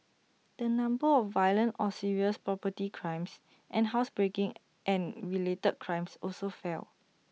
the number of violent or serious property crimes and housebreaking and related crimes also fell